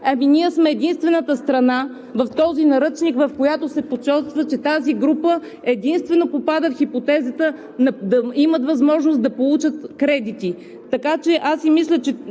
Ние сме единствената страна в този наръчник, в който се посочва, че тази група единствено попада в хипотезата – да има възможност да получат кредити.